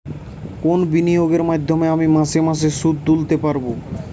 কোন বিনিয়োগের মাধ্যমে আমি মাসে মাসে সুদ তুলতে পারবো?